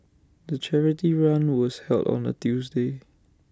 the charity run was held on A Tuesday